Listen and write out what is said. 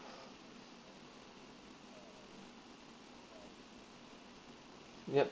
yup